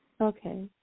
Okay